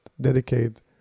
dedicate